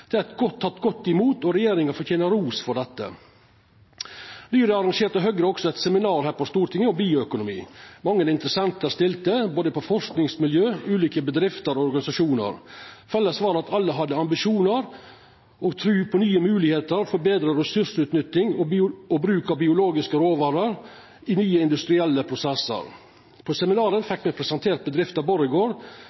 er teke godt imot, og regjeringa fortener ros for dette. Nyleg arrangerte Høgre også eit seminar her på Stortinget om bioøkonomi. Mange interessentar stilte frå både forskingsmiljø, ulike bedrifter og organisasjonar. Felles var at alle hadde ambisjonar og tru på nye moglegheiter for betre ressursutnytting og bruk av biologiske råvarer i nye industrielle prosessar. På seminaret